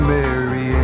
Mary